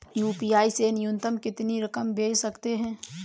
UPI से न्यूनतम कितनी रकम भेज सकते हैं?